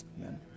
Amen